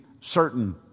certain